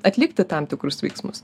atlikti tam tikrus veiksmus